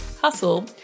hustle